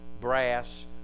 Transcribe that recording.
brass